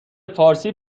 فارسی